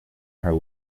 her